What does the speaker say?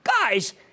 Guys